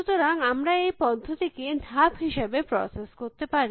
সুতরাং আমরা এই পদ্ধতিকে ধাপ হিসাবে প্রসেস করতে পারি